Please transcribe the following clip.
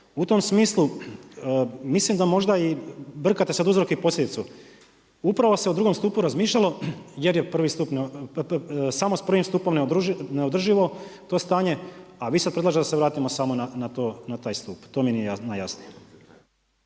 U tom smislu mislim da možda i brkate sad uzroke i posljedicu. Upravo se u drugom stupu razmišljalo jer je prvi stup, samo s prvim stupom neodrživo to stanje, a vi sad predlažete da se vratimo samo na taj stup. To mi nije najjasnije.